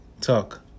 talk